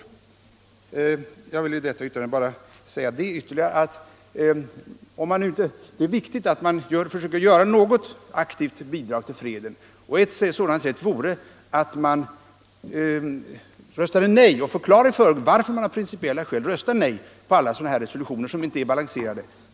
Dessutom har det tidigare aldrig förekommit något viljeuttalande från FN om vilken väg som skulle väljas. Jag vill bara säga ytterligare en sak: det är viktigt att man försöker ge något aktivt bidrag till freden. Ett sådant vore att man röstade nej, och förklarade varför man av principskäl gjorde det, på alla sådana här resolutioner som inte är balanserade.